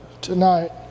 tonight